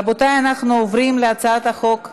רבותי, אנחנו עוברים להצעת החוק הבאה: